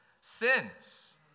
sins